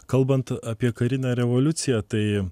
kalbant apie karinę revoliuciją tai